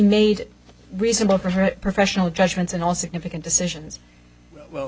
made reasonable for her professional judgments and all significant decisions well